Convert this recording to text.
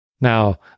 Now